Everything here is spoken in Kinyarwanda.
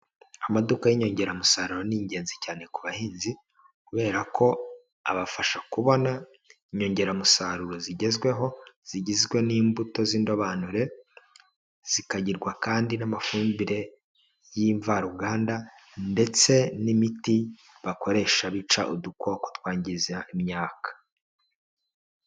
Amaduka y'inyongeramusaruro ni ingenzi cyane ku bahinzi kubera ko abafasha kubona inyongeramusaruro zigezweho, zigizwe n'imbuto z'indobanure zikagirwa kandi n'amafumbire y'imvaruganda ndetse n'imiti bakoresha bica udukoko twangiriza imyaka.